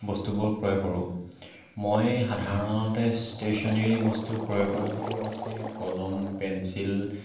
বস্তুবোৰ ক্ৰয় কৰোঁ মই সাধাৰণতে ষ্টেচনাৰী বস্তু ক্ৰয় কৰাৰ ভিতৰত আছে কলম পেঞ্চিল